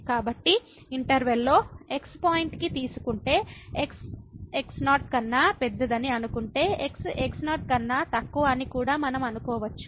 కాబట్టి ఇంటర్వెల్ లో x పాయింట్కి తీసుకుంటే x x0 కన్నా పెద్దదని అనుకుంటే x x0 కన్నా తక్కువ అని కూడా మనం అనుకోవచ్చు